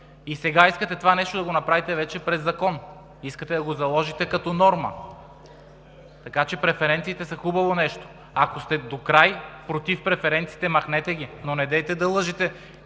И сега искате това нещо да го направите вече през закон, искате да го заложите като норма. Така че преференциите са хубаво нещо. Ако сте докрай против преференциите, махнете ги, но недейте да лъжете